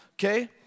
Okay